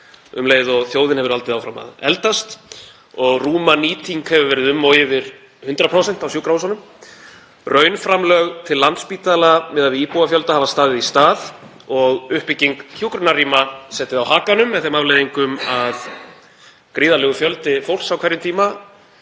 um leið og þjóðin hefur haldið áfram að eldast og rúmanýting hefur verið um og yfir 100% á sjúkrahúsunum. Raunframlög til Landspítala miðað við íbúafjölda hafa staðið í stað og uppbygging hjúkrunarrýma setið á hakanum með þeim afleiðingum að gríðarlegur fjöldi fólks á hverjum tíma